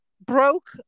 broke